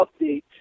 update